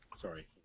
Sorry